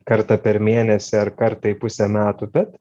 kartą per mėnesį ar kartą į pusę metų bet